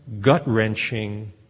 gut-wrenching